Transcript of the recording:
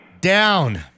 down